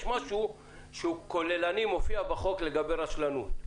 משהו שהוא כוללני ומופיע בחוק לגבי רשלנות?